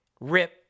Rip